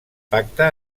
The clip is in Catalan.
pacte